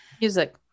Music